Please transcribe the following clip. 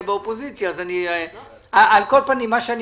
על כל פנים, מה שאני